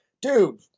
dude